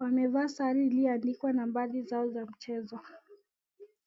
Wamevaa sare iliyoandikwa nambari zao za mchezo.